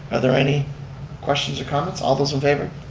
are there any questions or comments? all those in favor?